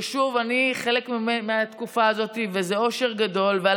שוב, אני חלק מהתקופה הזאת, וזה אושר גדול, ועל